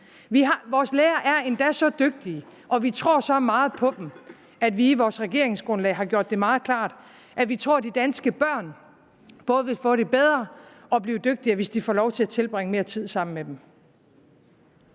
Vores lærere er endda så dygtige, og vi tror så meget på dem, at vi i vores regeringsgrundlag har gjort det meget klart, at vi tror, de danske børn både vil få det bedre og blive dygtigere, hvis de får lov til at tilbringe mere tid sammen med dem.